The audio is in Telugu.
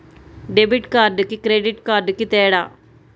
డెబిట్ కార్డుకి క్రెడిట్ కార్డుకి తేడా?